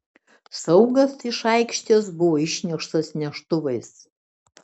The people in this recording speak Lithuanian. saugas iš aikštės buvo išneštas neštuvais